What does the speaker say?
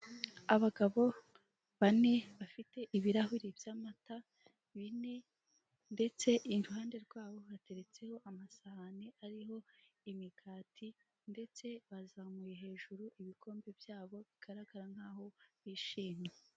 Abagabo bane bafite ibirahuri by'amata bine, ndetse iruhande rwabo hateretseho amasahani ariho imigati ndetse bazamuye hejuru ibikombe byabo bigaragara nkaho bishimye.